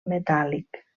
metàl·lic